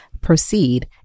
proceed